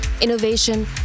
innovation